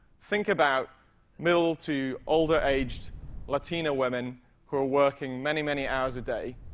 think about middle to older aged latina women who are working many, many hours a day.